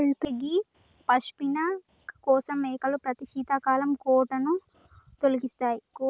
అయితే గీ పష్మిన కోసం మేకలు ప్రతి శీతాకాలం కోటును తొలగిస్తాయి